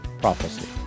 prophecy